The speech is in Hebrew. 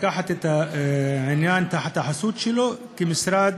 לקחת את העניין תחת החסות שלו כמשרד